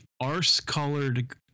arse-colored